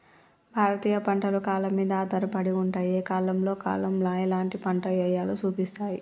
భారతీయ పంటలు కాలం మీద ఆధారపడి ఉంటాయి, ఏ కాలంలో కాలం ఎలాంటి పంట ఎయ్యాలో సూపిస్తాయి